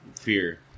fear